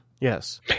Yes